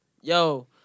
yo